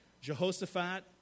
Jehoshaphat